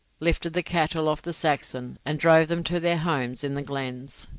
lifted the cattle of the saxon, and drove them to their homes in the glens.